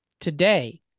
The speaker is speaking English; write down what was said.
Today